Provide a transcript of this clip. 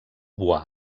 bois